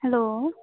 hello